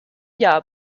jahr